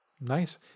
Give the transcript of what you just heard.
Nice